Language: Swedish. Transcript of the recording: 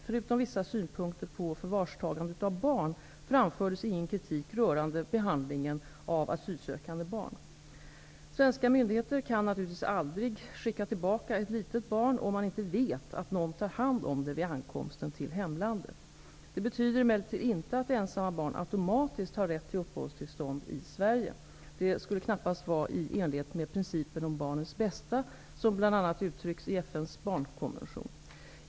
Förutom vissa synpunkter på förvarstagande av barn framfördes ingen kritik rörande behandlingen av asylsökande barn. Svenska myndigheter kan naturligtvis aldrig skicka tillbaka ett litet barn, om man inte vet att någon tar hand om det vid ankomsten till hemlandet. Detta betyder emellertid inte att ensamma barn automatiskt har rätt till uppehållstillstånd i Sverige. Det skulle knappast vara i enlighet med principen om barnets bästa som bl.a. uttrycks i FN:s barnkonvention.